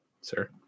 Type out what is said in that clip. sir